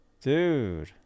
Dude